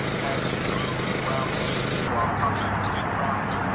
passing glue and round scissors for our popsicle stick crowns.